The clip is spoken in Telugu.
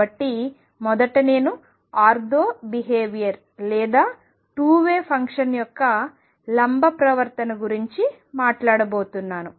కాబట్టి మొదట నేను ఆర్థో బిహేవియర్ లేదా టూవే ఫంక్షన్ యొక్క లంబ ప్రవర్తన గురించి మాట్లాడబోతున్నాను